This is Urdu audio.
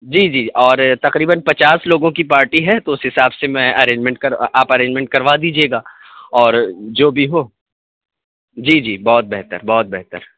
جی جی اور تقریباً پچاس لوگوں کی پارٹی ہے تو اس حساب سے میں ارینجمنٹ کر آپ ارینجمنٹ کروا دیجیے گا اور جو بھی ہو جی جی بہت بہتر بہت بہتر